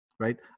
Right